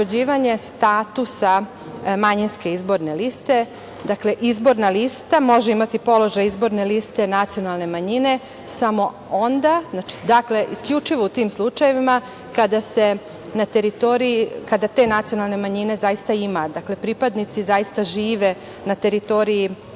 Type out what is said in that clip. statusa manjinske izborne liste. Dakle, izborna lista može imati položaj izborne liste nacionalne manjine samo onda, isključivo u tim slučajevima kada na teritoriji te nacionalne manjine zaista i ima, pripadnici zaista žive na teritoriji